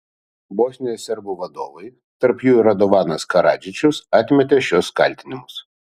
bosnijos serbų vadovai tarp jų ir radovanas karadžičius atmetė šiuos kaltinimus